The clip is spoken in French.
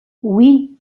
oui